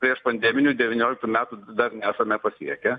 priešpandeminių devynioliktų metų dar nesame pasiekę